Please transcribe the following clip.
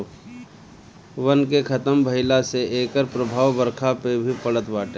वन के खतम भइला से एकर प्रभाव बरखा पे भी पड़त बाटे